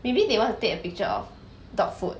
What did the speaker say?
maybe they want to take a picture of dog food